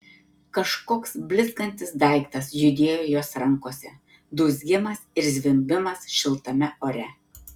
kažkoks blizgantis daiktas judėjo jos rankose dūzgimas ir zvimbimas šiltame ore